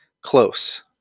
close